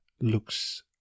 looks